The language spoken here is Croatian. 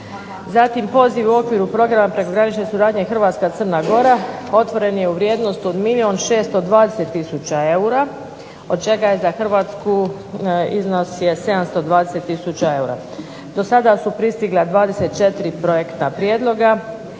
Zatim poziv u okviru Programa prekogranične suradnje Hrvatska – Crna Gora otvoren je u vrijednosti od milijun 620000 eura od čega je za Hrvatsku iznos je 720000 eura. Do sada su pristigla 24 projektna prijedloga